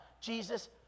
Jesus